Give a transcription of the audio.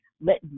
let